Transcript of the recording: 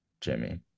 Jimmy